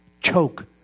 Choke